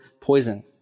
poison